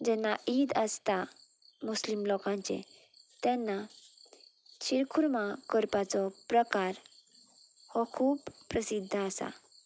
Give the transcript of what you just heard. जेन्ना ईद आसता मुस्लीम लोकांचे तेन्ना शिरखुर्मा करपाचो प्रकार हो खूब प्रसिद्द आसा